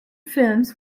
films